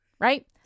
right